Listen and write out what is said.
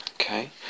Okay